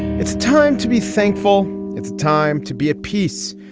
it's time to be thankful it's time to be at peace.